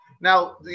Now